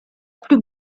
plus